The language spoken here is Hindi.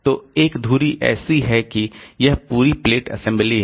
तो एक धुरी ऐसी है कि यह पूरी प्लेट असेंबली है